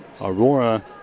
Aurora